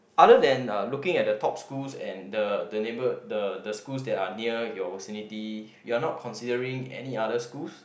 other than uh looking at the top schools and the the neighbour the the schools that are near your vicinity you are not considering any other schools